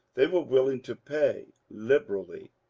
they were willing to pay liberally.